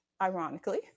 ironically